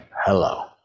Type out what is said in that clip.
hello